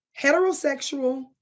heterosexual